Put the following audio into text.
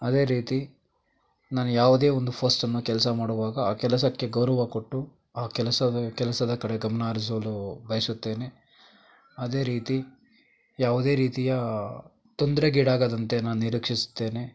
ಅದೇ ರೀತಿ ನಾನು ಯಾವುದೇ ಒಂದು ಫೋಸ್ಟನ್ನು ಕೆಲಸ ಮಾಡುವಾಗ ಆ ಕೆಲಸಕ್ಕೆ ಗೌರವ ಕೊಟ್ಟು ಆ ಕೆಲಸದ ಕೆಲಸದ ಕಡೆ ಗಮನ ಹರಿಸಲು ಬಯಸುತ್ತೇನೆ ಅದೇ ರೀತಿ ಯಾವುದೇ ರೀತಿಯ ತೊಂದರೆಗೀಡಾಗದಂತೆ ನಾನು ನೀರಿಕ್ಷಿಸುತ್ತೇನೆ